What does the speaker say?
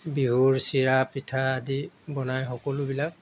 বিহুৰ চিৰা পিঠা আদি বনাই সকলোবিলাক